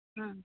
ᱦᱮᱸ